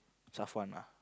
Safuwan ah